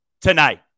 tonight